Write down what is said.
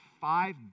five